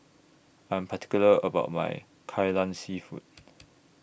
I'm particular about My Kai Lan Seafood